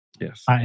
Yes